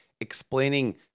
explaining